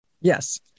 Yes